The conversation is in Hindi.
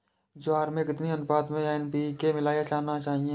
ज्वार में कितनी अनुपात में एन.पी.के मिलाना चाहिए?